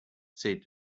said